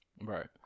Right